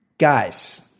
Guys